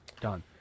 Done